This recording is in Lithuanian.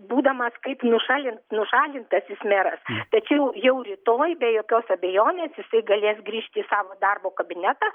būdamas kaip nušalin nušalintasis meras tačiau jau rytoj be jokios abejonės jisai galės grįžti į savo darbo kabinetą